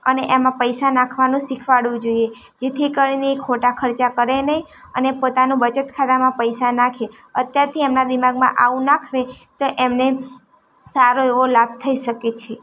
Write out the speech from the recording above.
અને એમા પૈસા નાખવાનું શીખવાડવું જોઈએ જેથી કરીને એ ખોટા ખર્ચા કરે નહીં અને પોતાનું બચત ખાતામાં પૈસા નાખે અત્યારથી એમના દિમાગમાં આવું નાખીએ તો એમને સારો એવો લાભ થઇ શકે છે